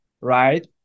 right